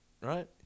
Right